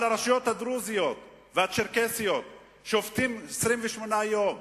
על הרשויות הדרוזיות והצ'רקסיות ששובתות 28 יום.